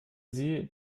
sie